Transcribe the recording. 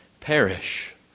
perish